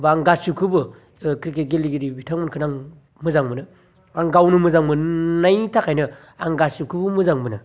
बा आं गासिखौबो ओ क्रिकेट गेलेगिरि बिथांमोनखौनो आं मोजां मोनो आं गावनो मोजां मोन्नाय थाखायनो आं गासिखौबो मोजां मोनो